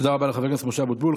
תודה רבה לחבר הכנסת משה אבוטבול.